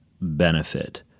benefit